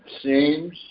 seems